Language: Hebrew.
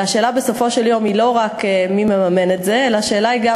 הרי השאלה בסופו של יום היא לא רק מי מממן את זה אלא השאלה היא גם